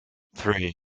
three